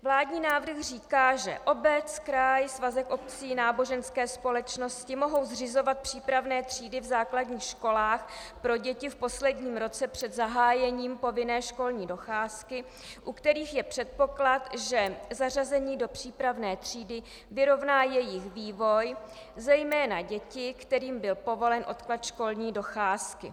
Vládní návrh říká, že obec, kraj, svazek obcí, náboženské společnosti mohou zřizovat přípravné třídy v základních školách pro děti v posledním roce před zahájením povinné školní docházky, u kterých je předpoklad, že zařazení do přípravné třídy vyrovná jejich vývoj, zejména dětí, kterým byl povolen odklad školní docházky.